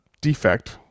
defect